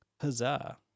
Huzzah